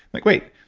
like wait,